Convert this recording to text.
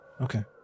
Okay